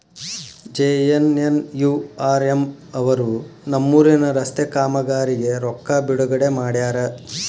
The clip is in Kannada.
ಜೆ.ಎನ್.ಎನ್.ಯು.ಆರ್.ಎಂ ಅವರು ನಮ್ಮೂರಿನ ರಸ್ತೆ ಕಾಮಗಾರಿಗೆ ರೊಕ್ಕಾ ಬಿಡುಗಡೆ ಮಾಡ್ಯಾರ